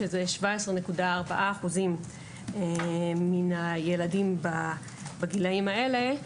שזה 17.4% מן הילדים בגילאים האלה.